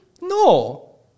No